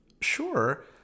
sure